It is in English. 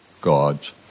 God's